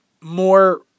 more